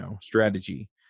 strategy